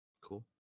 Cool